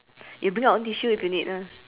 you bring your own tissue if you need lah